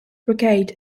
brigade